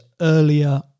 earlier